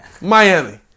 Miami